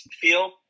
feel